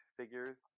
figures